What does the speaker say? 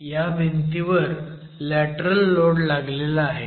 ह्या भिंतीवर lateral load लागला आहे